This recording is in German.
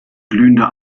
glühender